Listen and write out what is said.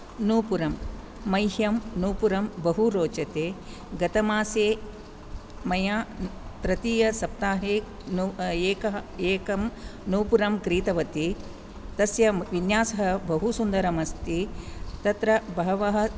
नूपुरं मह्यं नूपुरं बहु रोचते गतमासे मया तृतीयसप्ताहे नुप् एक एकं नूपुरं क्रीतवती तस्य विन्यासः बहु सुन्दरमस्ति तत्र बहवः